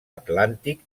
atlàntic